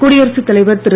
குடியரசுத் தலைவர் திரு